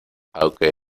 aunque